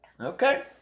Okay